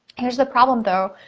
here's the problem though.